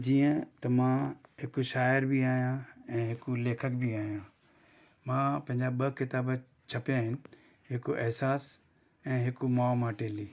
जीअं त मां हिकु शाइरु बि आहियां ऐं हिकु लेखक बि आहियां मां पंहिंजा ॿ किताबु छपिया आहिनि हिकु एहसासु ऐं हिकु मोम अटेली